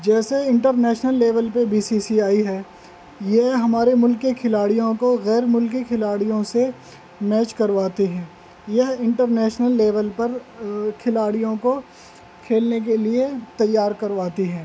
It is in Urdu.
جیسے انٹرنیشنل لیول پہ بی سی سی آئی ہے یہ ہمارے ملک کے کھلاڑیوں کو غیر ملکی کھلاڑیوں سے میچ کرواتے ہیں یہ انٹرنیشنل لیول پر کھلاڑیوں کو کھیلنے کے لیے تیار کرواتی ہیں